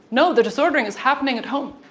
no, the disordering is happening at home